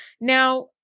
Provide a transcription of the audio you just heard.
now